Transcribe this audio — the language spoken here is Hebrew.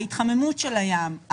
ההתחממות של הים,